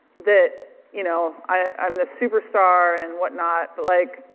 that you know i'm this superstar and what not but like,